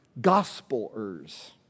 gospelers